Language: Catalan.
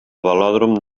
velòdrom